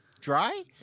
Dry